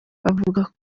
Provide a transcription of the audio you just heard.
bavuga